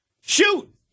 shoot